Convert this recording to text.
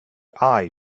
eye